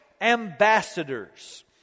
ambassadors